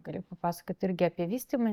galiu papasakot irgi apie vystymą